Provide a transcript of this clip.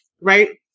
right